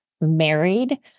married